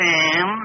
Sam